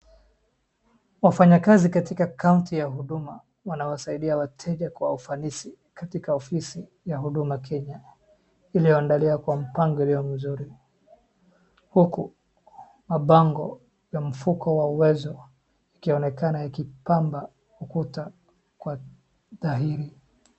Wafanyakazi katika kaunti ya huduma wanawasaidia wateja kwa ufanisi katika ofisi ya huduma Kenya ilyoandaliwa kwa mpango uliomzuri huku mabango ya mfuko wa uwezo ikionekana ikipamba ukuta kwa dhahiri.